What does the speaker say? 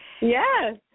Yes